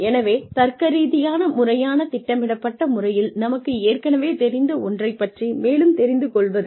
எனவே தர்க்கரீதியான முறையான திட்டமிடப்பட்ட முறையில் நமக்கு ஏற்கனவே தெரிந்த ஒன்றைப் பற்றி மேலும் தெரிந்து கொள்வது